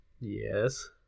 yes